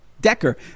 Decker